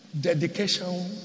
Dedication